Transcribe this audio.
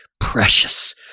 precious